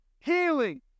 healing